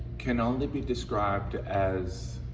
can only be described as